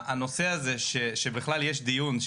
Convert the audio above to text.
זה שבכלל מתקיים דיון,